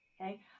okay